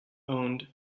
owned